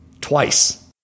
twice